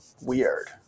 weird